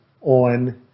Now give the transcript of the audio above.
on